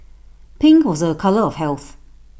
pink was A colour of health